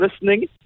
listening